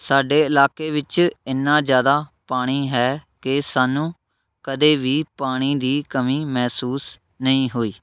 ਸਾਡੇ ਇਲਾਕੇ ਵਿੱਚ ਇੰਨਾ ਜ਼ਿਆਦਾ ਪਾਣੀ ਹੈ ਕਿ ਸਾਨੂੰ ਕਦੇ ਵੀ ਪਾਣੀ ਦੀ ਕਮੀ ਮਹਿਸੂਸ ਨਹੀਂ ਹੋਈ